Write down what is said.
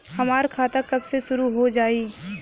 हमार खाता कब से शूरू हो जाई?